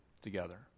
together